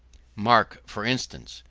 mark, for instance,